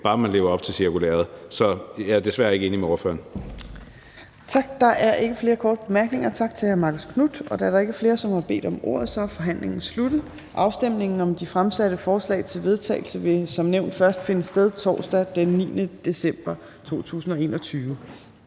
bare man lever op til cirkulæret. Så jeg er desværre ikke enig med spørgeren. Kl. 15:48 Tredje næstformand (Trine Torp): Tak. Der er ikke flere korte bemærkninger. Tak til hr. Marcus Knuth. Da der ikke er flere, som har bedt om ordet, er forhandlingen sluttet. Afstemning om de fremsatte forslag til vedtagelse vil som nævnt først finde sted torsdag den 9. december 2021.